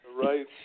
right